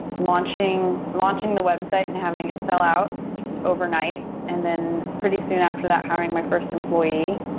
launching launching the website and having it sell out just overnight. and then pretty soon after that hiring my first employee.